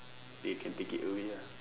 they can take it away ah